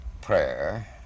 prayer